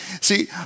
See